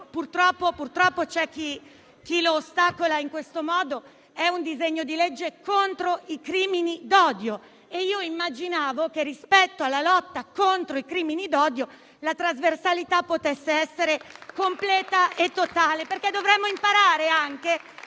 purtroppo c'è chi lo ostacola in questo modo - è un provvedimento contro i crimini d'odio e io immaginavo che, rispetto alla lotta contro i crimini d'odio, la trasversalità potesse essere completa e totale. Dovremmo infatti imparare anche